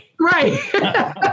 Right